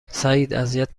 سعیداذیت